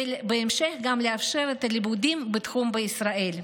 ובהמשך גם לאפשר את הלימודים בתחום בישראל.